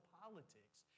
politics